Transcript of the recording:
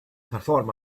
perform